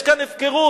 יש כאן הפקרות.